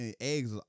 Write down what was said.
eggs